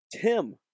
Tim